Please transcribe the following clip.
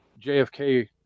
JFK